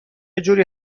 جوری